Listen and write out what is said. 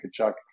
Kachuk